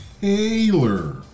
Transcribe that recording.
Taylor